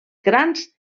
grans